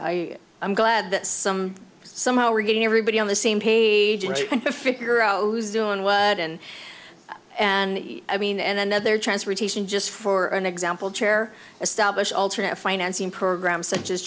i'm glad that somehow we're getting everybody on the same page figure out who's doing what and and i mean and then other transportation just for an example chair establish alternate financing programs such as